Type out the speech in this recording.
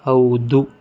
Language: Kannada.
ಹೌದು